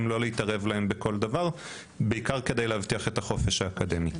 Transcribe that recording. לא להתערב להם בכל דבר בעיקר כדי להבטיח את החופש האקדמי.